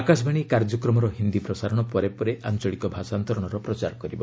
ଆକାଶବାଣୀ କାର୍ଯ୍ୟକ୍ରମର ହିନ୍ଦୀ ପ୍ରସାରଣ ପରେ ପରେ ଆଞ୍ଚଳିକ ଭାଷାନ୍ତରଣର ପ୍ରଚାର କରିବ